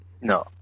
No